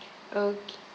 okay